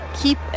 keep